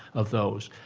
of those.